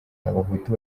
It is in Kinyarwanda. abahutu